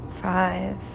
five